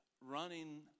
running